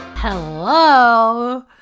Hello